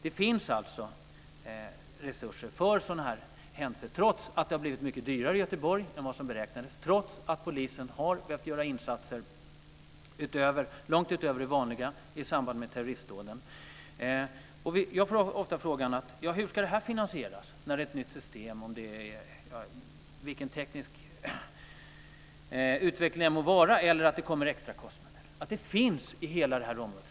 Det finns alltså resurser för sådana här händelser, trots att det har blivit mycket dyrare i Göteborg än vad som beräknades, trots att polisen har behövt göra insatser långt utöver det vanliga i samband med terroristdåden. Jag får ofta frågan: Hur ska det här finansieras? Det kan vara när det är ett nytt system eller vilken teknisk utveckling som helst eller att det kommer extrakostnader. Det finns i hela det här området.